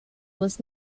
was